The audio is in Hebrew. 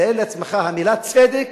תאר לעצמך, המלה צדק